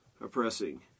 oppressing